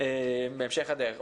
בהמשך הדרך.